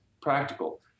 practical